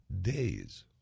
days